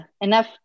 enough